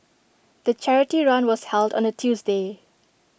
the charity run was held on A Tuesday